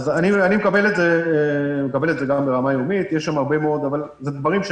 אני מקבל את זה ברמה יומית אבל זה דברים,